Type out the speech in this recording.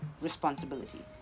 responsibility